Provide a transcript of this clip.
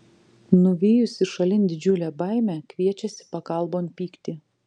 nuvijusi šalin didžiulę baimę kviečiasi pagalbon pyktį